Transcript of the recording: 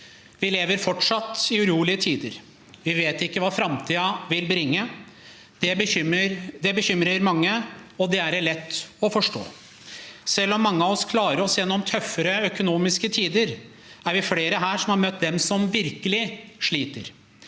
Vi lever fortsatt i urolige tider. Vi vet ikke hva framtiden vil bringe. Det bekymrer mange, og det er det lett å forstå. Selv om mange av oss klarer oss gjennom tøffere økonomiske tider, er vi flere her som har møtt dem som virkelig sliter.